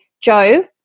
joe